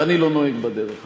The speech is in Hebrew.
ואני לא נוהג בדרך הזו.